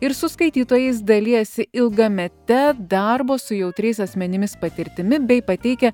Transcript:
ir su skaitytojais dalijasi ilgamete darbo su jautriais asmenimis patirtimi bei pateikia